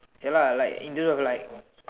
ya lah like in term of like